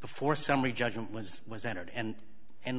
before summary judgment was was entered and and